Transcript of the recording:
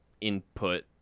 input